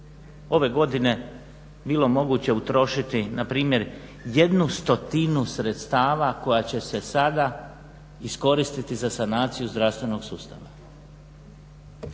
ove godine bilo moguće utrošiti npr. jednu stotinu sredstava koja će se sada iskoristiti za sanaciju zdravstvenog sustava.